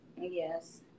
Yes